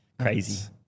Crazy